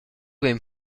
vegn